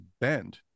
bend